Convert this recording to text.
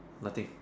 nothing